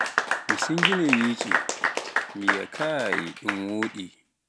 Mi sinnginai nyetce mi yiia kaai ɗun wooɗi